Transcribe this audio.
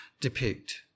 depict